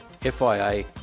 FIA